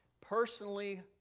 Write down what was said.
personally